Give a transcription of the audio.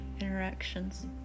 interactions